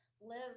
live